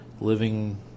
living